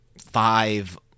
five